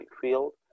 field